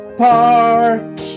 park